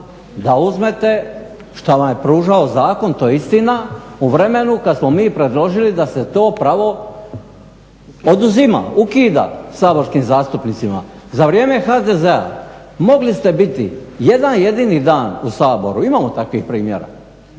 da uzmete što vam je pružao zakon, to je istina, u vremenu kad smo mi predložili da se to pravo oduzima, ukida saborskim zastupnicima. Za vrijeme HDZ-a mogli ste biti jedan jedini dan u Saboru, imamo takvih primjera,